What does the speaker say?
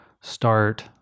start